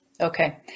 Okay